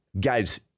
Guys